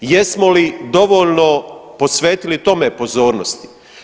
Jesmo li dovoljno posvetili tome pozornosti?